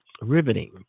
riveting